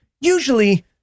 usually